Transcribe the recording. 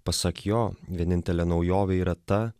pasak jo vienintelė naujovė yra ta